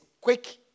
quick